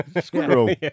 Squirrel